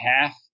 half